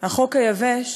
החוק היבש